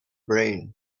brain